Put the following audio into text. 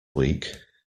week